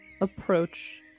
approach